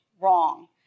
wrong